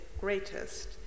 greatest